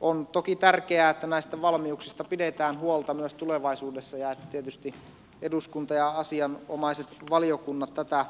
on toki tärkeää että näistä valmiuksista pidetään huolta myös tulevaisuudessa ja että tietysti eduskunta ja asianomaiset valiokunnat tätä